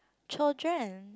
children